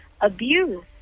abuse